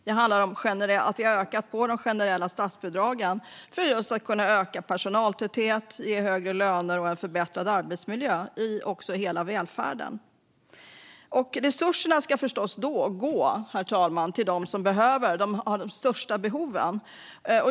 Det handlar om att vi ökar de generella statsbidragen för att just kunna öka personaltätheten och ge högre löner och en förbättrad arbetsmiljö i hela välfärden. Resurserna ska förstås gå till dem som har de största behoven.